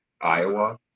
Iowa